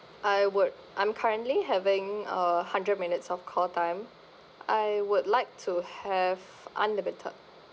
I would I'm currently having uh hundred minutes of call time I would like to have unlimited